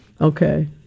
Okay